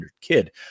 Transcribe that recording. kid